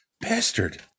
bastard